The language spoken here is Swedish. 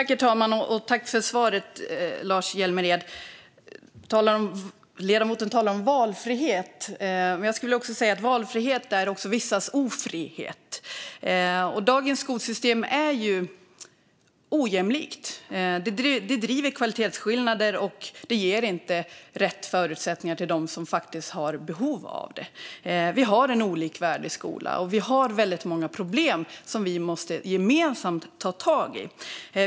Herr talman! Jag tackar Lars Hjälmered för svaret. Ledamoten talar om valfrihet, men valfrihet är också vissas ofrihet. Dagens skolsystem är ojämlikt. Det skapar kvalitetsskillnader och ger inte rätt förutsättningar till dem som har behov av det. Vi har en olikvärdig skola, och vi har många problem som vi gemensamt behöver ta tag i.